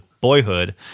Boyhood